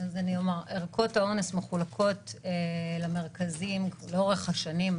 ערכות האונס מחולקות למרכזים לאורך השנים.